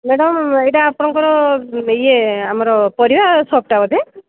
madam ଏଇଟା ଆପଣଙ୍କର ଇଏ ଆମର ପରିବା ସପ୍ଟା ବୋଧେ